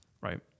right